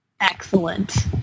Excellent